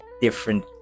different